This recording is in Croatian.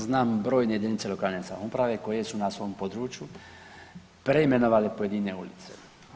Znam brojne jedinice lokalne samouprave koje su na svom području preimenovale pojedine ulice.